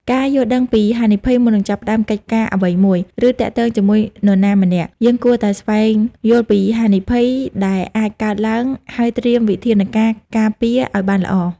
ការយល់ដឹងពីហានិភ័យ មុននឹងចាប់ផ្ដើមកិច្ចការអ្វីមួយ ឬទាក់ទងជាមួយនរណាម្នាក់ យើងគួរតែស្វែងយល់ពីហានិភ័យដែលអាចកើតឡើងហើយត្រៀមវិធានការការពារឱ្យបានល្អ។